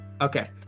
Okay